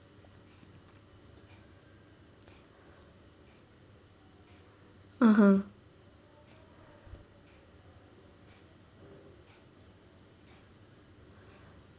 (uh huh)